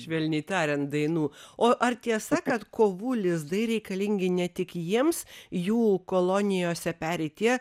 švelniai tariant dainų o ar tiesa kad kovų lizdai reikalingi ne tik jiems jų kolonijose peri tie